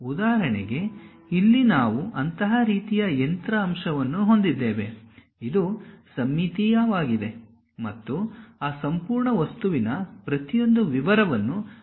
ಉದಾಹರಣೆಗೆ ಇಲ್ಲಿ ನಾವು ಅಂತಹ ರೀತಿಯ ಯಂತ್ರ ಅಂಶವನ್ನು ಹೊಂದಿದ್ದೇವೆ ಇದು ಸಮ್ಮಿತೀಯವಾಗಿದೆ ಮತ್ತು ಆ ಸಂಪೂರ್ಣ ವಸ್ತುವಿನ ಪ್ರತಿಯೊಂದು ವಿವರವನ್ನು ಪ್ರತಿನಿಧಿಸಲು ನಾವು ಬಯಸುವುದಿಲ್ಲ